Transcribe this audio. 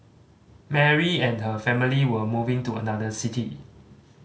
Mary and her family were moving to another city